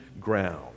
ground